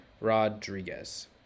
rodriguez